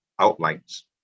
outlines